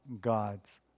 God's